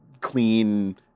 clean